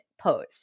pose